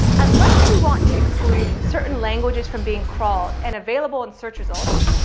unless you want to exclude certain languages from being crawled and available in search results,